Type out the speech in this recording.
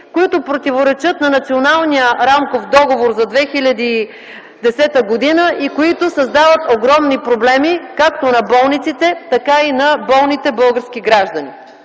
които противоречат на Националния рамков договор за 2010 г. и които създават огромни проблеми както на болниците, така и на болните български граждани.